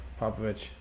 Popovich